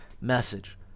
message